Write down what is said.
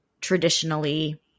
traditionally